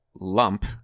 Lump